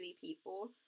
people